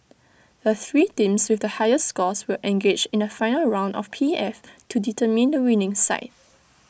the three teams with the highest scores will engage in A final round of P F to determine the winning side